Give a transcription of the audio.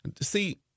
see